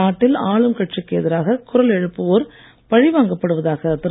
நாட்டில் ஆளும் கட்சிக்கு எதிராக குரல் எழுப்புவோர் பழிவாங்கப்படுவதாக திரு